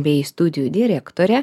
bei studijų direktore